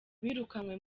birukanywe